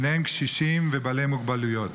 ובהן קשישים ובעלי מוגבלויות.